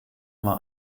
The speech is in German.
war